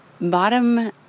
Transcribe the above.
bottom